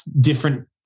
different